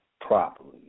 properly